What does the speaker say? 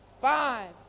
five